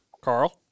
Carl